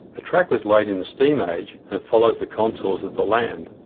the track was laid in the steam age, and follows the contours of the land.